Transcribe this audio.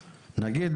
נניח,